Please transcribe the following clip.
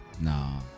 Nah